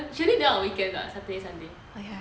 she only do work on weekend [what] saturday sunday cafe